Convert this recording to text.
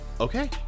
Okay